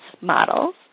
models